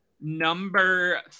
number